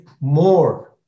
more